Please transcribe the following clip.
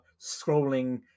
scrolling